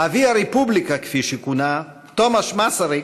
אבי הרפובליקה, כפי שכונה, תומאס מסריק,